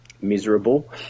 miserable